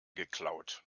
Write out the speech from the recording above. geklaut